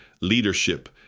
leadership